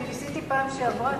אני ניסיתי בפעם שעברה,